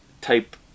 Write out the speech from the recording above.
type